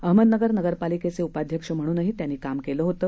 अहमदनगर नगरपालिकेचे उपाध्ययक्ष म्हणूनही त्यांनी काम केलं होतं